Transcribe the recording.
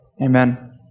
Amen